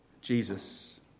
Jesus